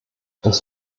das